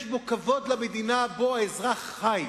שיש בו כבוד למדינה שבה האזרח חי,